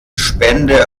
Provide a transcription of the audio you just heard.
spende